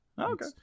okay